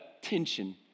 tension